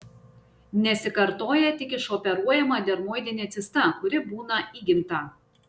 nesikartoja tik išoperuojama dermoidinė cista kuri būna įgimta